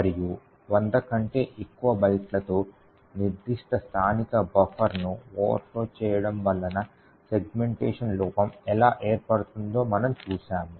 మరియు 100 కంటే ఎక్కువ బైట్లతో నిర్దిష్ట స్థానిక బఫర్ను ఓవర్ఫ్లో చేయడం వలన సెగ్మెంటేషన్ లోపం ఎలా ఏర్పడుతుందో మనం చూసాము